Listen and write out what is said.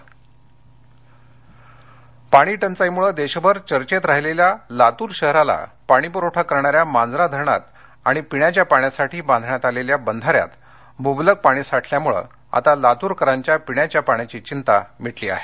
पाणीसाठा लातर पाणी टंचाईमुळे देशभर चर्चेत राहिलेल्या लातूर शहराला पाणी पुरवठा करणाऱ्या मांजरा धरणात आणि पिण्याच्या पाण्यासाठी बांधण्यात आलेल्या बंधाऱ्यात मुबलक पाणी साठल्यामुळ आता लातूरकरांच्या पिण्याच्या पाण्याची चिंता मिटली आहे